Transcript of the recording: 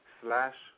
slash